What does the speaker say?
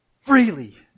freely